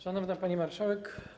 Szanowna Pani Marszałek!